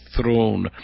Throne